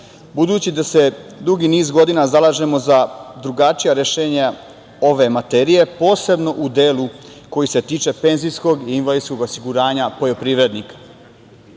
budući da se dugi niz godina zalažemo za drugačija rešenja ove materije, posebno u delu koji se tiče penzijskog i invalidskog osiguranja poljoprivrednika. Poslanička